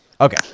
Okay